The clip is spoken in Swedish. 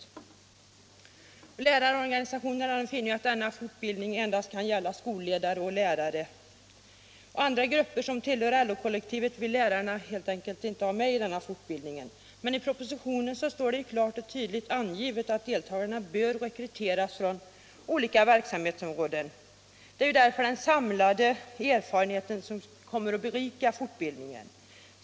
R Torsdagen den Lärarorganisationerna anser att denna fortbildning skall gälla endast 20 januari 1977 skolledare och lärare. Andra grupper, som tillhör LO-kollektivet, vill lä= i rarorganisationerna helt enkelt inte ha med i fortbildningen. Men i pro — Om arbetslagsfortpositionen står det klart och tydligt angivet att deltagarna bör rekryteras = bildningen med från olika verksamhetsområden. Därigenom kommer den samlade er = anledning av farenheten att berika fortbildningen.